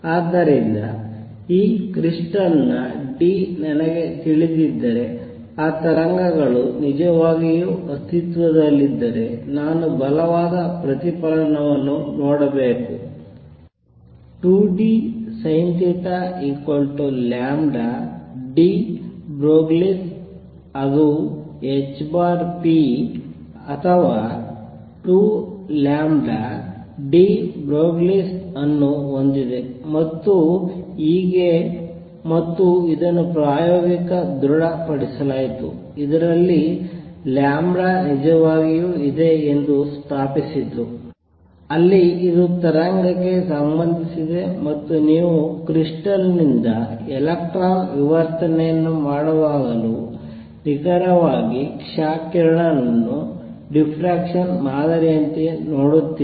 ಆದ್ದರಿಂದ ಈ ಕ್ರಿಸ್ಟಲ್ನ d ನನಗೆ ತಿಳಿದಿದ್ದರೆ ಆ ತರಂಗಗಳು ನಿಜವಾಗಿಯೂ ಅಸ್ತಿತ್ವದಲ್ಲಿದ್ದರೆ ನಾನು ಬಲವಾದ ಪ್ರತಿಫಲನವನ್ನು ನೋಡಬೇಕು 2dSinθdeBroglie ಅದು hp ಅಥವಾ 2deBroglie ಅನ್ನು ಹೊಂದಿದೆ ಮತ್ತು ಹೀಗೆ ಮತ್ತು ಇದನ್ನು ಪ್ರಾಯೋಗಿಕವಾಗಿ ದೃಡ ಪಡಿಸಲಾಯಿತು ಇದರಲ್ಲಿ ಲ್ಯಾಂಬ್ಡಾ ನಿಜವಾಗಿಯೂ ಇದೆ ಎಂದು ಸ್ಥಾಪಿಸಿತು ಅಲ್ಲಿ ಇದು ತರಂಗಕ್ಕೆ ಸಂಬಂಧಿಸಿದೆ ಮತ್ತು ನೀವು ಕ್ರಿಸ್ಟಲ್ನಿಂದ ಎಲೆಕ್ಟ್ರಾನ್ ವಿವರ್ತನೆಯನ್ನು ಮಾಡುವಾಗಲೂ ನಿಖರವಾಗಿ ಕ್ಷ ಕಿರಣ ಅನ್ನು ಡಿಫ್ರಾಕ್ಷನ್ ಮಾದರಿಯಂತೆ ನೋಡುತ್ತೀರಿ